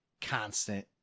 constant